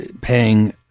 paying